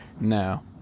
no